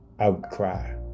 outcry